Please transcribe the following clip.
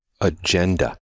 agenda